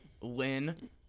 Lynn